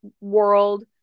world